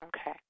Okay